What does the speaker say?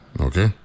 okay